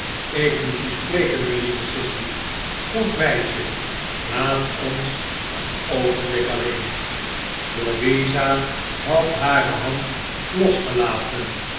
ik moet u spreken melieve sissy goed meisje laat ons een oogenblik alleen louisa had hare hand losgelaten